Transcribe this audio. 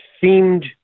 seemed